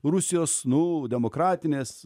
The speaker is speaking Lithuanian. rusijos nu demokratinės